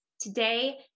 Today